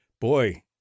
Boy